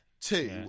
Two